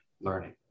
learning